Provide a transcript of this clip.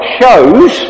shows